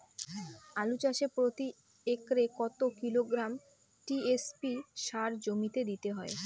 আলু চাষে প্রতি একরে কত কিলোগ্রাম টি.এস.পি সার জমিতে দিতে হয়?